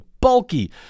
bulky